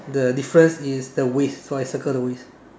the difference is the waste so I circle the waste